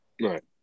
right